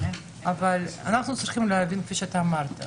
יוליה מלינובסקי